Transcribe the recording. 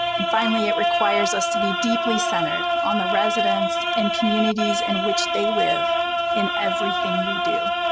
and finally, it requires us to be deeply centered on the residents and communities in which they live in everything we do.